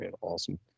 awesome